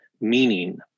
meaning